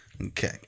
Okay